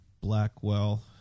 Blackwell